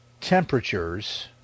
temperatures